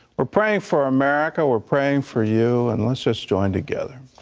we're praying for america, we're praying for you and assist joined together.